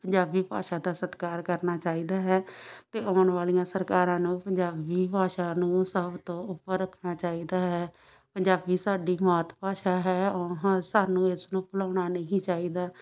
ਪੰਜਾਬੀ ਭਾਸ਼ਾ ਦਾ ਸਤਿਕਾਰ ਕਰਨਾ ਚਾਹੀਦਾ ਹੈ ਅਤੇ ਆਉਣ ਵਾਲੀਆਂ ਸਰਕਾਰਾਂ ਨੂੰ ਪੰਜਾਬੀ ਭਾਸ਼ਾ ਨੂੰ ਸਭ ਤੋਂ ਉੱਪਰ ਰੱਖਣਾ ਚਾਹੀਦਾ ਹੈ ਪੰਜਾਬੀ ਸਾਡੀ ਮਾਤ ਭਾਸ਼ਾ ਹੈ ਔਂ ਹਾ ਸਾਨੂੰ ਇਸ ਨੂੰ ਭੁਲਾਉਣਾ ਨਹੀਂ ਚਾਹੀਦਾ